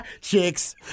Chicks